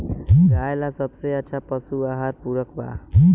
गाय ला सबसे अच्छा पशु आहार पूरक का बा?